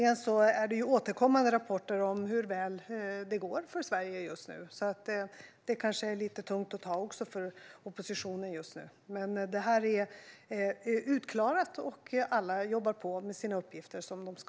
Återkommande rapporter talar om hur bra det går för Sverige just nu, vilket kanske är lite tungt för oppositionen att hantera. Detta är utklarat, och alla jobbar på med sina uppgifter som de ska.